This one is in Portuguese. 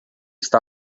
está